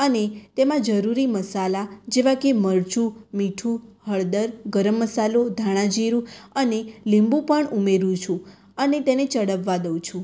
અને તેમાં જરૂરી મસાલા જેવા કે મરચું મીઠું હળદર ગરમસાલો ધાણાજીરું અને લીંબુ પણ ઉમેરું છું અને તેને ચડવવા દઉં છું